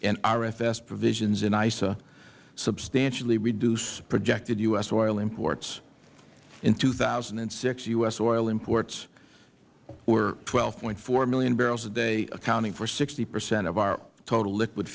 and rfs provisions in eisa substantially reduce projected u s oil imports in two thousand and six u s oil imports were twelve point four million barrels per day accounting for sixty percent of our total liquid